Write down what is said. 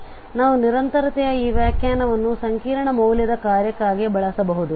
ಆದ್ದರಿಂದ ನಾವು ನಿರಂತರತೆಯ ಈ ವ್ಯಾಖ್ಯಾನವನ್ನು ಸಂಕೀರ್ಣ ಮೌಲ್ಯದ ಕಾರ್ಯಕ್ಕಾಗಿ ಬಳಸಬಹುದು